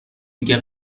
میگه